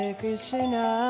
Krishna